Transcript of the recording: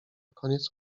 koniec